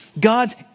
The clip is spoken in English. God's